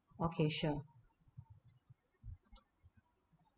okay sure